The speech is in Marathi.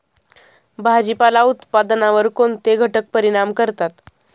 भाजीपाला उत्पादनावर कोणते घटक परिणाम करतात?